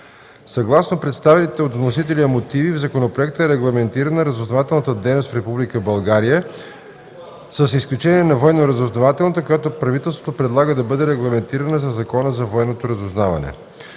Съгласно представените от вносителя мотиви, в законопроекта е регламентирана разузнавателната дейност в Република България с изключение на военноразузнавателната, която правителството предлага да бъде регламентирана със Закона за военното разузнаване.